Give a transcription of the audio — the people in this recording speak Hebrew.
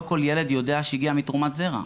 לא כל ילד יודע שהוא הגיע מתרומת זרע.